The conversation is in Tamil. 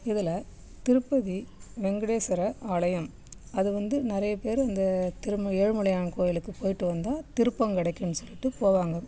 இதில் திருப்பதி வெங்கடேஸ்வர ஆலயம் அது வந்து நிறைய பேர் இந்த திருமு ஏழுமலையான் கோவிலுக்கு போய்விட்டு வந்தால் திருப்பம் கிடைக்குன்னு சொல்லிவிட்டு போவாங்க